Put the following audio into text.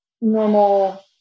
normal